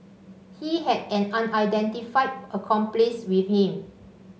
he had an unidentified accomplice with him